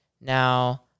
Now